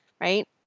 right